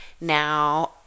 Now